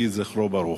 יהי זכרו ברוך.